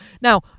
Now